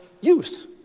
use